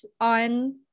on